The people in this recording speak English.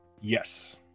Yes